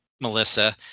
Melissa